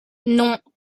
non